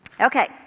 Okay